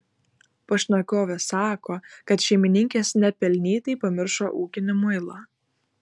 pašnekovė sako kad šeimininkės nepelnytai pamiršo ūkinį muilą